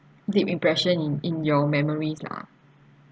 deep impression in in your memories lah